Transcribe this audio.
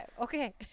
Okay